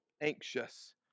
anxious